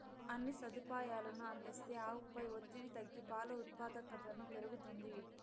అన్ని సదుపాయాలనూ అందిస్తే ఆవుపై ఒత్తిడి తగ్గి పాల ఉత్పాదకతను పెరుగుతుంది